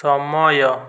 ସମୟ